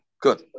Good